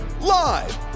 live